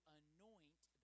anoint